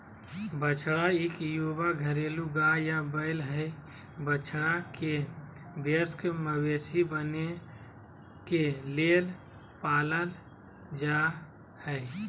बछड़ा इक युवा घरेलू गाय या बैल हई, बछड़ा के वयस्क मवेशी बने के लेल पालल जा हई